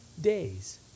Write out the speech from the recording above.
days